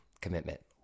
commitment